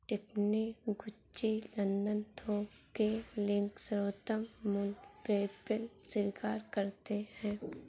Tiffany, Gucci, London थोक के link, सर्वोत्तम मूल्य, पेपैल स्वीकार करते है